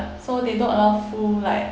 so they don't allow full like